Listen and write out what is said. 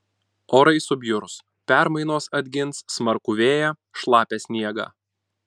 orai subjurs permainos atgins smarkų vėją šlapią sniegą